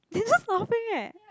is just laughing eh